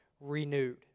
renewed